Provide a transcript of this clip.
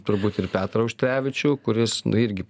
turbūt ir petrą auštrevičių kuris nu irgi